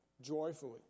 joyfully